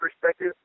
perspective